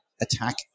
attack